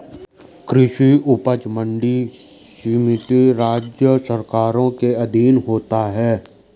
कृषि उपज मंडी समिति राज्य सरकारों के अधीन होता है